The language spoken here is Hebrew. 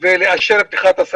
ולאשר פתיחתם.